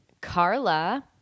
Carla